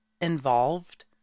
involved